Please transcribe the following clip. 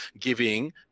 giving